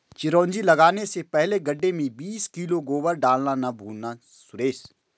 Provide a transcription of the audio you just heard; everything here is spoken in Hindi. चिरौंजी लगाने से पहले गड्ढे में बीस किलो गोबर डालना ना भूलना सुरेश